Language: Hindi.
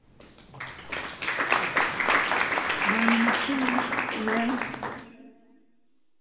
हाँ नमस्ते मैम मैम